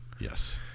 Yes